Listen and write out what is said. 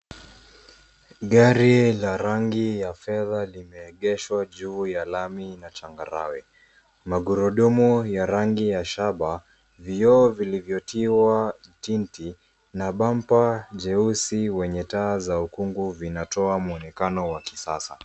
Gari la rangi ya fedha limeegeshwa juu ya lami na changarawe. Magurudumu ya rangi ya shaba, vioo vilivyotiwa tint na bumper jeusi wenye taa za ukungu vinatoa mwonekano wa kisasa.